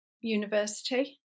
University